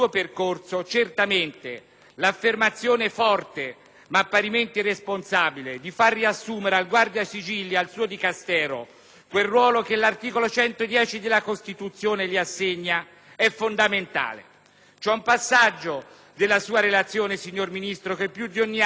certamente forte ma parimenti responsabile, di far riassumere al Guardasigilli e al suo Dicastero quel ruolo che l'articolo 110 della Costituzione gli assegna è fondamentale. C'è un passaggio della sua relazione, signor Ministro, che più di ogni altro mi ha colpito: